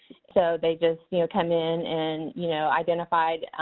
so they just, you know, come in and you know identify